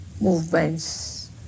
movements